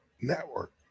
network